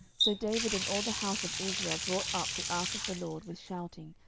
so david and all the house of israel brought up the ark of the lord with shouting,